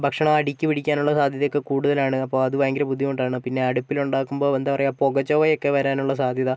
ഭക്ഷണം അടിക്ക് പിടിക്കാനുള്ള സാധ്യതയൊക്കെ കൂടുതലാണ് അപ്പോൾ അത് ഭയങ്കര ബുദ്ധിമുട്ടാണ് പിന്നെ അടുപ്പിലൊണ്ടാക്കുമ്പോൾ എന്താ പറയാ പുക ചൊവയൊക്കെ വരാനുള്ള സാധ്യത